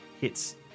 hits